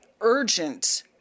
urgent